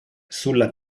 sulla